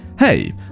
Hey